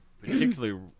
particularly